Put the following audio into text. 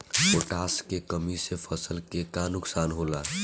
Potash के कमी से फसल के का नुकसान होला?